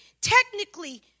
technically